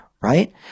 right